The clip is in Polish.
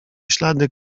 ślady